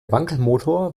wankelmotor